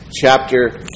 chapter